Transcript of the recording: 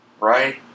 Right